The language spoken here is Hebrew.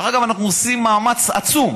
דרך אגב, אנחנו עושים מאמץ עצום